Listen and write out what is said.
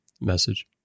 message